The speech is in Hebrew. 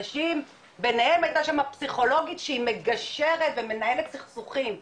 אנשים ביניהם הייתה שם פסיכולוגית שהיא מגשרת ומנהלת סכסוכים שתבינו,